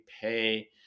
pay